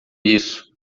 isso